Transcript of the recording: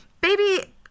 Baby